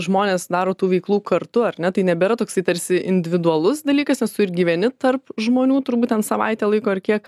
žmonės daro tų veiklų kartu ar ne tai nebėra toksai tarsi individualus dalykas nes tu ir gyveni tarp žmonių turbūt ten savaitę laiko ar kiek